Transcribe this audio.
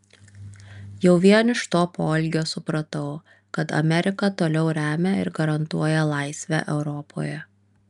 jau vien iš to poelgio supratau kad amerika toliau remia ir garantuoja laisvę europoje